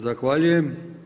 Zahvaljujem.